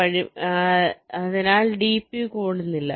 വഴിമാറി പോകുന്നില്ല അതിനാൽ d കൂടുന്നില്ല